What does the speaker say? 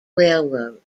railroad